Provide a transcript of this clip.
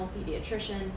pediatrician